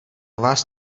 vás